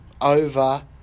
over